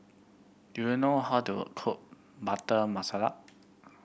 do you know how to cook Butter Masala